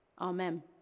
Amen